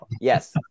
yes